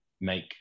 make